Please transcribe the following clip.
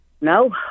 No